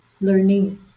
learning